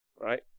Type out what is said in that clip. Right